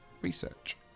research